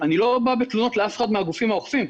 אני לא בא בתלונות לאף אחד מהגורמים האוכפים,